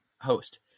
Host